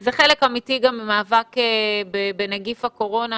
זה חלק אמיתי גם ממאבק בנגיף הקורונה.